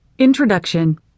Introduction